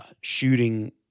shooting